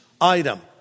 item